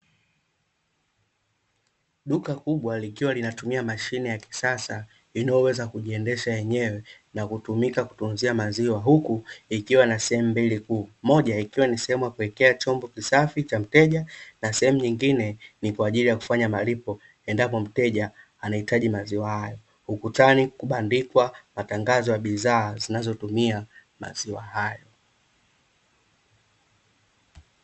Duka kubwa likiwa linatumia mashine ya kisasa inayoweza kujiendesha yenyewe na kutumika kutunzia maziwa, huku ikiwa na sehemu mbili kuu; moja ikiwa ni sehemu ya kuewekea chombo kisafi cha mteja na sehemu nyingine ni kwa ajili ya kufanya malipo endapo mteja anahitaji maziwa hayo. Ukutani kubandikwa matangazo ya bidhaa zinazotumia maziwa hayo.